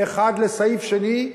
מסעיף אחד לסעיף שני,